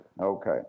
Okay